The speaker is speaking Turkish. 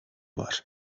var